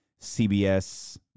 CBS